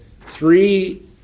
three